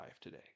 today